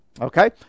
Okay